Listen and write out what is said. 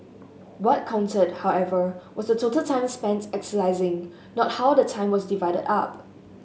what counted however was the total time spent exercising not how the time was divided up